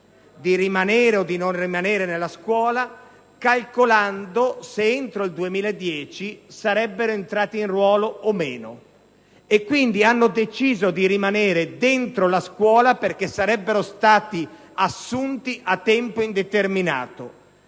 di rimanere o di non rimanere nella scuola calcolando se entro il 2010 sarebbero entrati in ruolo o meno. Hanno, quindi, deciso di rimanere nella scuola perché sarebbero stati assunti a tempo indeterminato.